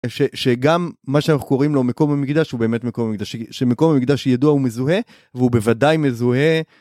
שגם מה שאנחנו קוראים לו מקום המקדש הוא באמת מקום המקדש שמקום המקדש ידוע ומזוהה והוא בוודאי מזוהה.